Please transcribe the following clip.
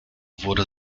wurde